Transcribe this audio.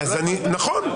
נכון.